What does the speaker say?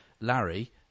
Larry